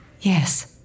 Yes